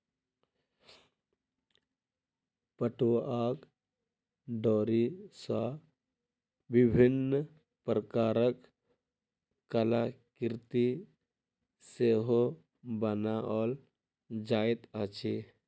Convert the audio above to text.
पटुआक डोरी सॅ विभिन्न प्रकारक कलाकृति सेहो बनाओल जाइत अछि